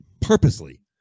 purposely